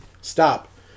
Stop